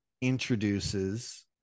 introduces